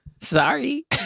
Sorry